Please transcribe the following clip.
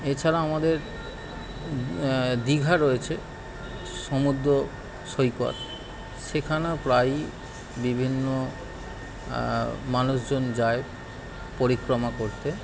এছাড়া আমাদের দীঘা রয়েছে সমুদ্র সৈকত সেখানেও প্রায়ই বিভিন্ন মানুষজন যায় পরিক্রমা করতে